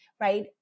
right